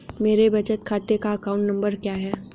मेरे बचत खाते का अकाउंट नंबर क्या है?